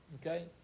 Okay